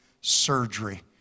surgery